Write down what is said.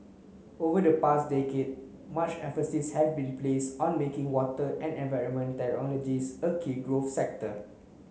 over the past decade much emphasis have been place on making water and environment technologies a key growth sector